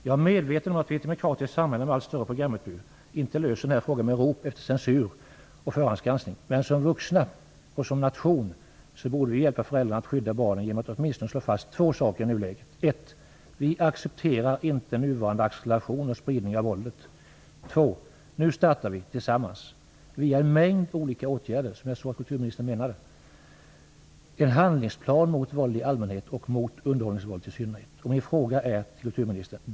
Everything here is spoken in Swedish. Jag är medveten om att vi i ett demokratiskt samhälle med allt större programutbud inte kan lösa den här frågan genom rop efter censur och förhandsgranskning. Som vuxna och som nation borde vi hjälpa föräldrarna att skydda barnen genom att åtminstone slå fast två saker i nuläget. För det första accepterar vi inte nuvarande acceleration och spridning av våldet. För det andra skall vi nu tillsammans starta, via en mängd olika åtgärder som kulturministern menade, en handlingsplan mot våld i allmänhet och mot underhållningsvåld i synnerhet. Jag har följande fråga till kulturministern.